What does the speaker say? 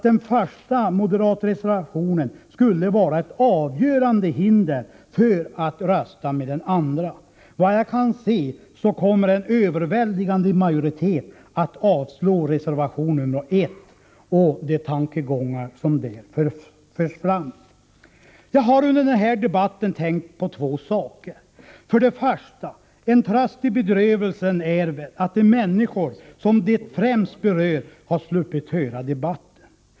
Den första moderatreservationen skulle enligt Einar Larsson innebära ett avgörande hinder för att rösta för den andra. Såvitt jag kan förstå kommer en överväldigande majoritet att avslå reservation nr 1 och de tankegångar som där förs fram. Jag har under den här debatten tänkt på två saker. För det första: En tröst i bedrövelsen är att de människor som det här främst berör har sluppit lyssna på debatten.